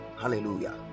Hallelujah